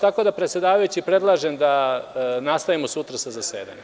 Tako da, predsedavajući, predlažem da nastavimo sutra sa zasedanjem.